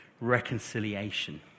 reconciliation